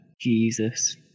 jesus